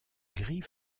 gris